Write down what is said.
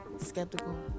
skeptical